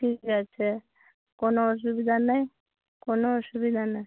ঠিক আছে কোনও অসুবিধা নেই কোনও অসুবিধা না